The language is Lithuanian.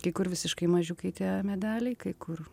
kai kur visiškai mažiukai tie medeliai kai kur